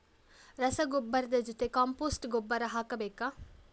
ರಸಗೊಬ್ಬರದ ಜೊತೆ ಕಾಂಪೋಸ್ಟ್ ಗೊಬ್ಬರ ಹಾಕಬೇಕಾ?